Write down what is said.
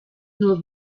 nur